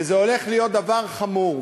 וזה הולך להיות דבר חמור.